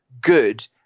good